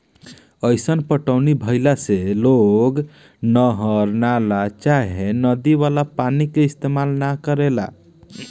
अईसन पटौनी भईला से लोग नहर, नाला चाहे नदी वाला पानी के इस्तेमाल न करेला